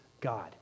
God